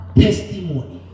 testimony